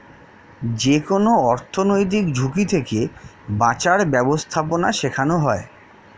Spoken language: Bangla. যেকোনো অর্থনৈতিক ঝুঁকি থেকে বাঁচার ব্যাবস্থাপনা শেখানো হয়